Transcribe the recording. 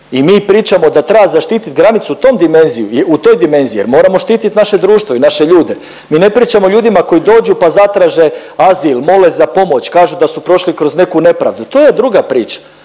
I mi pričamo da treba zaštitit granicu u toj dimenziji jer moramo štiti naše društvo i naše ljude. Mi ne pričamo ljudima koji dođu pa zatraže azil, mole za pomoć, kažu da su prošli kroz neku nepravdu, to je druga priča.